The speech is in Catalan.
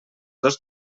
dos